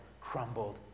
crumbled